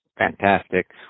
Fantastic